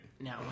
No